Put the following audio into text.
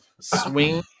swing